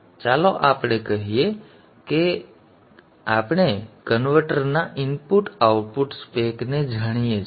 હવે ચાલો આપણે કહીએ કે આપણે કન્વર્ટરના ઇનપુટ આઉટપુટ spec ને જાણીએ છીએ